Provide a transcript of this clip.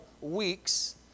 Weeks